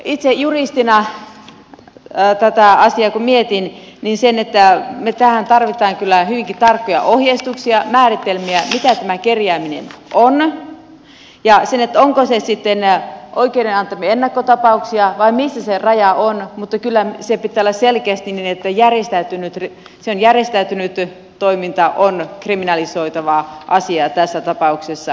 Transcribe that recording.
itse juristina tätä asiaa kun mietin niin me tähän tarvitsemme kyllä hyvinkin tarkkoja ohjeistuksia ja määritelmiä mitä tämä kerjääminen on ja onko siinä sitten oikeuden antamia ennakkotapauksia vai missä se raja on mutta kyllä sen pitää olla selkeästi niin että järjestäytynyt toiminta on kriminalisoitava asia tässä tapauksessa